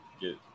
get